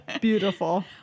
beautiful